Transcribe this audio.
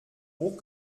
hoch